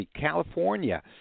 California